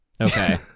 Okay